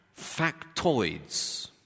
factoids